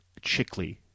Chickley